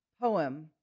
poem